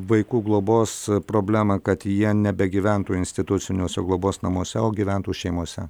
vaikų globos problemą kad jie nebegyventų instituciniuose globos namuose o gyventų šeimose